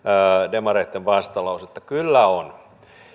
demareitten vastalausetta kyllä on